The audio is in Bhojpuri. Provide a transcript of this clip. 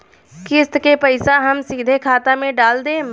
किस्त के पईसा हम सीधे खाता में डाल देम?